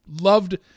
loved